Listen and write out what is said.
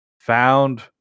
found